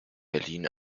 berlin